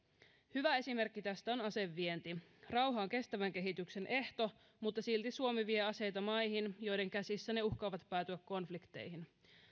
hyvä esimerkki tästä on asevienti rauha on kestävän kehityksen ehto mutta silti suomi vie aseita maihin joiden käsissä ne uhkaavat päätyä konflikteihin